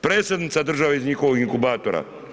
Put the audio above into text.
Predsjednica države je iz njihovog inkubatora.